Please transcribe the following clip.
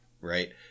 right